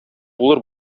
булыр